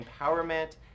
empowerment